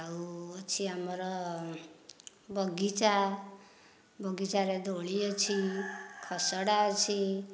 ଆଉ ହେଉଛି ଆମର ବଗିଚା ବଗିଚାରେ ଦୋଳି ଅଛି ଖସଡ଼ା ଅଛି